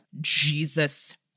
Jesus